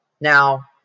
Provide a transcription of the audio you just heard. Now